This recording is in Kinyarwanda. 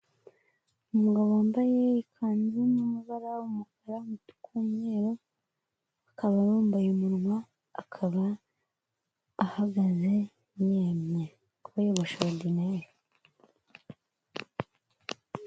Umugabo wambaye ikanzu y'amabara w'umukara umutuku n'umweru akaba abumbuye umunwa akaba ahagaze yemye akaba yogoshe orudineri.